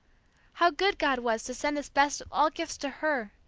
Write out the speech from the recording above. how good god was to send this best of all gifts to her!